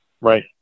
Right